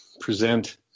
present